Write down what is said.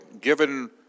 Given